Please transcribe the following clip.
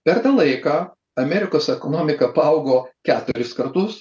per tą laiką amerikos ekonomika paaugo keturis kartus